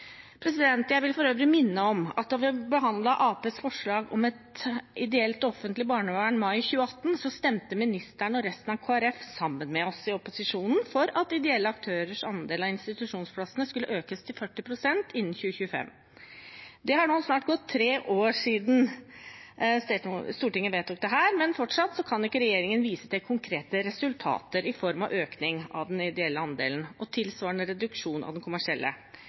Jeg vil for øvrig minne om at da vi behandlet Arbeiderpartiets forslag om et ideelt og offentlig barnevern i mai 2018, stemte ministeren og resten av Kristelig Folkeparti sammen med oss i opposisjonen for at ideelle aktørers andel av institusjonsplassene skulle økes til 40 pst. innen 2025. Det har nå snart gått tre år siden Stortinget vedtok dette, men fortsatt kan ikke regjeringen vise til konkrete resultater i form av økning av den ideelle andelen og tilsvarende reduksjon av den kommersielle.